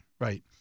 right